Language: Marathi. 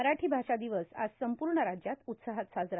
मराठी भाषा दिवस आज संपूर्ण राज्यात उत्साहात साजरा